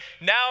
now